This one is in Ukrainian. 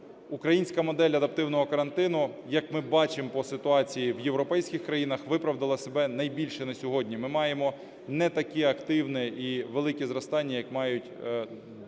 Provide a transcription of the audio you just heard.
Українська модель адаптивного карантину, як ми бачимо по ситуації в європейських країнах, виправдала себе найбільше на сьогодні. Ми маємо не таке активне і велике зростання, як мають дехто